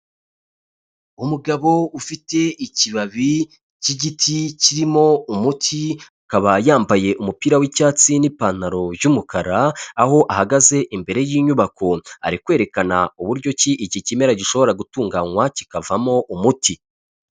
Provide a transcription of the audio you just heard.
Umugabo ufite ikibabi cy'igiti kirimo umuti, akaba yambaye umupira w'icyatsi n'ipantaro y'umukara, aho ahagaze imbere y'inyubako, ari kwerekana uburyo ki iki kimera gishobora gutunganywa kikavamo umuti.